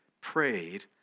prayed